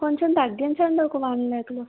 కొంచెం తగ్గించండి ఒక వన్ లాక్ లో